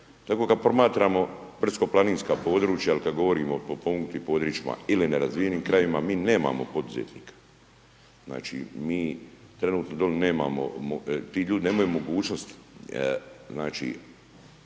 Tako kad promatramo brdsko-planinska područja, ili kad govorimo o potpomognutim područjima ili nerazvijenim krajevima, mi nemamo poduzetnika. Znači, mi trenutno doli nemamo, ti ljudi nemaju mogućnosti, znači,